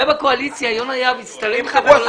יונה יהב הצטלם אתו.